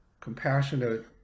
compassionate